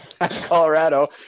Colorado